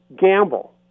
gamble